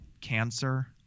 cancer